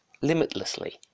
limitlessly